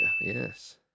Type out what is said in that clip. yes